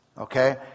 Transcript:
okay